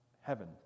heaven